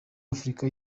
afurika